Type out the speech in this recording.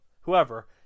whoever